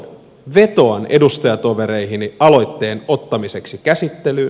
vetoan edustajatovereihini aloitteen ottamiseksi käsittelyyn